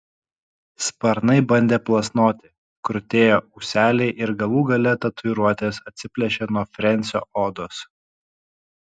sparnai bandė plasnoti krutėjo ūseliai ir galų gale tatuiruotės atsiplėšė nuo frensio odos